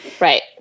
right